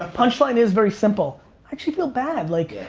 ah punchline is very simple. i actually feel bad. like yeah.